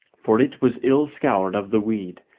for it was ill scoured of the weed,